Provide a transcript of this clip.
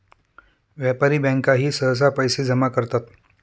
व्यापारी बँकाही सहसा पैसे जमा करतात